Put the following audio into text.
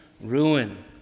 ruin